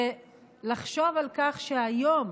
ולחשוב על כך שהיום,